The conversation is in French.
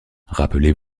rappelez